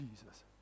jesus